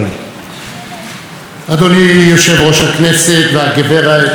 אדוני יושב-ראש הכנסת והגברת אירינה נבזלין,